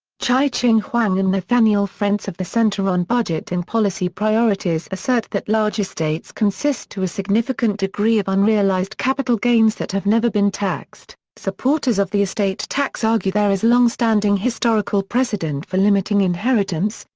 chye-ching huang and nathaniel frentz of the center on budget and policy priorities assert that large estates consist to a significant degree of unrealized capital gains that have never been taxed. supporters of the estate tax argue there is longstanding historical precedent for limiting inheritance,